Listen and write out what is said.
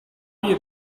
you